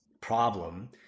problem